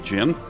Jim